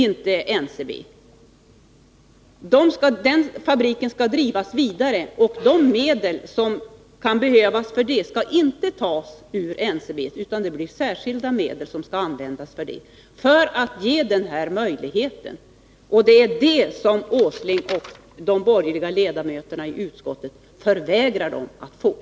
De medel som kan behövas för att driva fabriken vidare skall inte tas ur NCB, utan för detta skall särskilda pengar användas. Men detta vägrar Nils Åsling och de borgerliga ledamöterna i utskottet att medverka till.